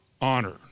honor